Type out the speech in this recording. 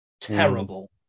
terrible